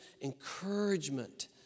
encouragement